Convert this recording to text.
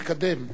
להתקדם.